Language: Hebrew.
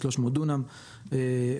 300 דונם שנעקרו,